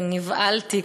ונבהלתי,